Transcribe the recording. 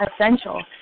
essential